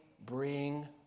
bring